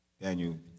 Daniel